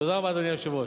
תודה רבה, אדוני היושב-ראש.